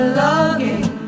logging